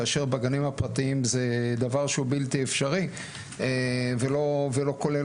כאשר בגנים הפרטיים זה דבר שהוא בלתי אפשרי ולא כולל